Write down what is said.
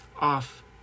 off